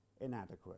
inadequate